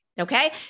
Okay